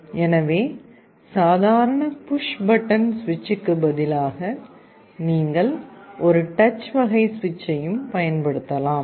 எனவே சாதாரண push button சுவிட்சுக்கு பதிலாக நீங்கள் ஒரு டச் வகை சுவிட்சையும் பயன்படுத்தலாம்